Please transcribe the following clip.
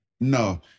No